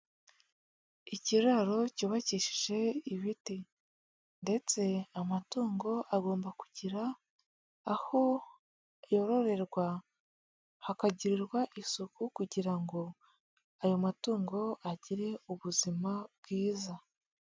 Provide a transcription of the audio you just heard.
Ikiraro cyubakishije ibiti ndetse amatungo agomba kugira aho yororerwa, hakagirirwa isuku kugira ngo ayo matungo agire ubuzima bwiza.